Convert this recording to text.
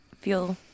feel